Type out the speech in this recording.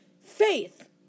faith